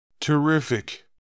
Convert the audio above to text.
Terrific